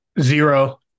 Zero